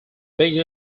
being